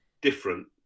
different